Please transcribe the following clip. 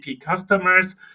customers